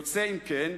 יוצא אם כן,